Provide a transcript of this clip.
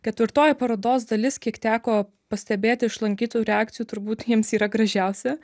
ketvirtoji parodos dalis kiek teko pastebėti iš lankytų reakcijų turbūt jiems yra gražiausia